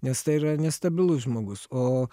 nes tai yra nestabilus žmogus o